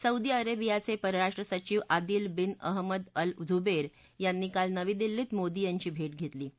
Saudi अरक्षिपाचप्रसाष्ट्र सचिव Adil bin Ahmed Al झुबध्यांनी काल नवी दिल्लीत मोदी यांची भट्टघक्तीी